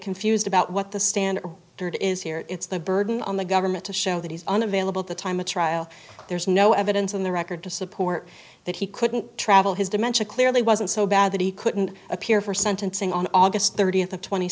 confused about what the stand dirt is here it's the burden on the government to show that he's unavailable at the time of trial there's no evidence in the record to support that he couldn't travel his dimentia clearly wasn't so bad that he couldn't appear for sentencing on august thirtieth of tw